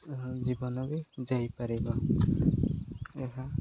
ଜୀବନ ବି ଯାଇପାରିବ ଏହା